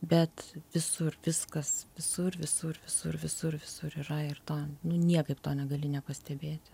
bet visur viskas visur visur visur visur visur yra ir to nu niekaip to negali nepastebėti